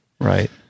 Right